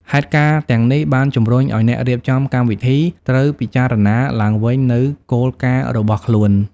ហេតុការណ៍ទាំងនេះបានជំរុញឱ្យអ្នករៀបចំកម្មវិធីត្រូវពិចារណាឡើងវិញនូវគោលការណ៍របស់ខ្លួន។